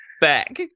Back